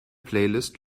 playlist